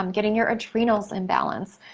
um getting your adrenals in balance,